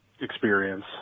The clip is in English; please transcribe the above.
experience